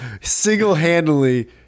single-handedly